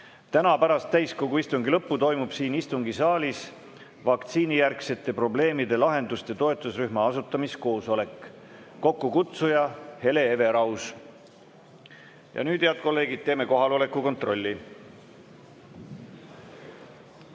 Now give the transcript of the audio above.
Täna pärast täiskogu istungi lõppu toimub siin istungisaalis vaktsiinijärgsete probleemide lahenduste toetusrühma asutamiskoosolek, kokkukutsuja on Hele Everaus. Nüüd, head kolleegid, teeme kohaloleku kontrolli.